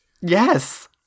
yes